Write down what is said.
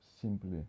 simply